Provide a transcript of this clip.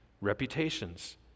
reputations